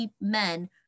men